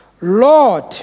Lord